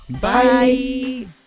bye